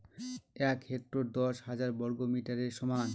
এক হেক্টর দশ হাজার বর্গমিটারের সমান